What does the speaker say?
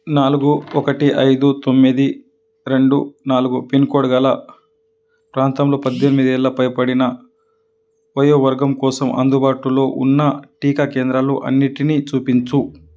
నాలుగు ఒకటి ఐదు తొమ్మిది రెండు నాలుగు పిన్కోడ్గల ప్రాంతంలో పద్దెనిమిది ఏళ్ళు పైబడిన వయో వర్గం కోసం అందుబాటులో ఉన్న టీకా కేంద్రాలు అన్నింటిని చూపించు